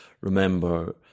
remember